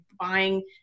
buying